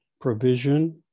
provision